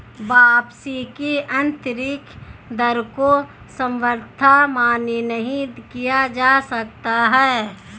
वापसी की आन्तरिक दर को सर्वथा मान्य नहीं किया जा सकता है